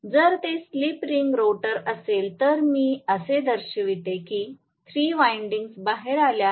जर ते slip ring rotor असेल तर मी असे असे दर्शविते की 3 विंडिंग्स बाहेर आल्या आहेत